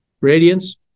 radiance